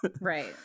right